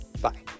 Bye